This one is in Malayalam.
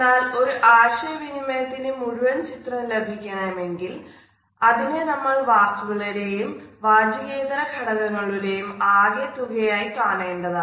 എന്നാൽ ഒരു ആശയവിനിമയത്തിൻറെ മുഴുവൻ ചിത്രം ലഭിക്കണമെങ്കിൽ അതിനെ നമ്മൾ വാക്കുകളുടെയും വാചികേതര ഖടകങ്ങളുടെയും ആകെത്തുകയായി കാണേണ്ടതാണ്